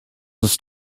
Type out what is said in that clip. ist